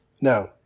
No